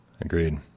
Agreed